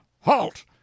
HALT